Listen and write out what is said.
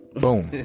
Boom